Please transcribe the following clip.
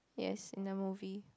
yes in the movie